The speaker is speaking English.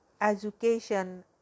education